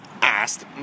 asked